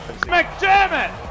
McDermott